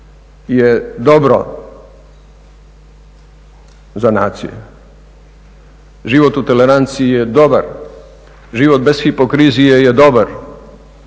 je dobro za naciju. Život u toleranciji je dobar. Život bez hipokrizije je dobar.